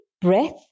breath